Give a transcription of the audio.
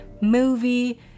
movie